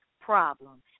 problem